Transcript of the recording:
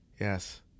Yes